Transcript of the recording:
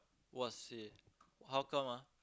!wahseh! how come ah